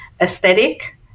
aesthetic